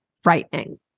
frightening